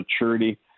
maturity